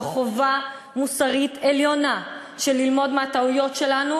זו חובה מוסרית עליונה ללמוד מהטעויות שלנו